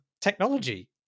technology